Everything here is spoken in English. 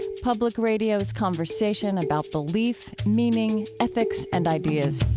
public radio's conversation about belief, meaning, ethics and ideas.